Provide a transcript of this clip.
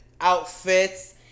outfits